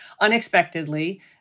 unexpectedly